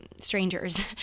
strangers